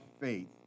faith